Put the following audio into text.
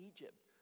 Egypt